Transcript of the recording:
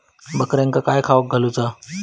बकऱ्यांका काय खावक घालूचा?